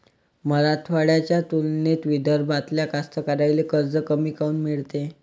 मराठवाड्याच्या तुलनेत विदर्भातल्या कास्तकाराइले कर्ज कमी काऊन मिळते?